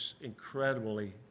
incredibly